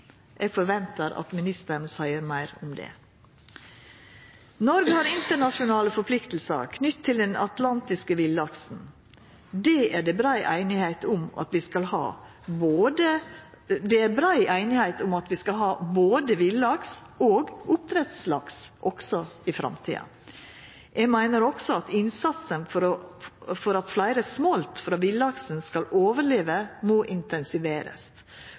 Eg forventar at ministeren seier meir om det. Noreg har internasjonale forpliktingar knytte til den atlantiske villaksen. Det er brei einigheit om at vi skal ha både villaks og oppdrettslaks òg i framtida. Eg meiner òg at innsatsen for at fleire smolt frå villaksen skal overleva, må intensiverast,